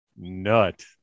nut